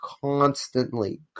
constantly